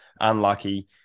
unlucky